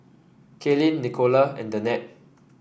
Kaylynn Nicola and Danette